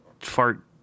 fart